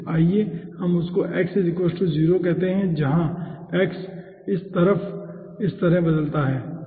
आइए हम उस को x 0 कहते हैं जहां x इस तरफ बदलता है ठीक है